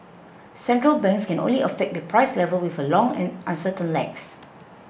central banks can only affect the price level with long and uncertain lags